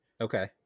Okay